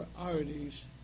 priorities